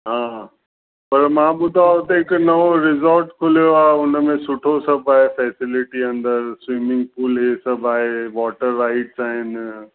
हा हा पर मां ॿुधो आहे हुते हिकु नओं रिसोर्ट खुलियो आहे उन में सुठो सभु आहे फैसिलिटी अंदरु स्विमिंग पूल इहे सभु आहे वॉटर राइड्स आहिनि